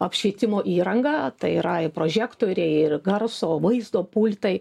apšvietimo įranga tai yra ir prožektoriai ir garso vaizdo pultai